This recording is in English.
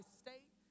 state